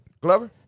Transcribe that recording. Glover